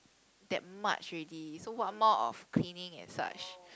that much already so what more of cleaning and such